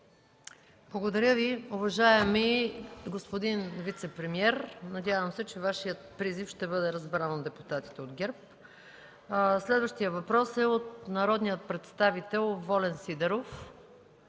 Благодаря Ви, уважаеми господин вицепремиер. Надявам се, че Вашият призив ще бъде разбран от депутатите от ГЕРБ. Следващият въпрос е от народния представител Волен Сидеров